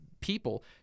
people